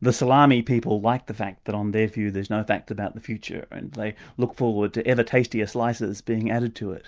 the salami people like the fact that on their view there's no facts about the future, and they look forward to ever-tastier slices being added to it.